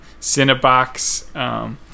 Cinebox